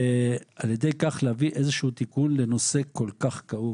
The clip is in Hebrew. ועל ידי כך להביא איזה שהוא תיקון לנושא כל כך כאוב.